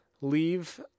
leave